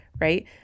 right